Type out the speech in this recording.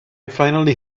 finally